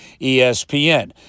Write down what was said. ESPN